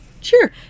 Sure